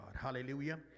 hallelujah